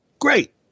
Great